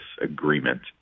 agreement